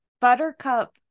Buttercup